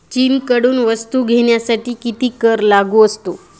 चीनकडून वस्तू घेण्यासाठी किती कर लागू असतो?